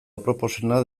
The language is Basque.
aproposena